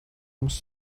muss